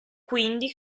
quindi